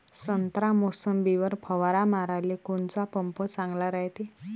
संत्रा, मोसंबीवर फवारा माराले कोनचा पंप चांगला रायते?